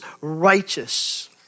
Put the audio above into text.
righteous